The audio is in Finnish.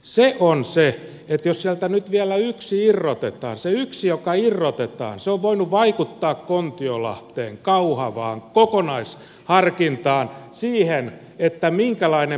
se on niin että jos sieltä nyt vielä yksi irrotetaan niin se yksi joka irrotetaan on voinut vaikuttaa kontiolahteen kauhavaan kokonaisharkintaan siihen minkälainen paketti tehdään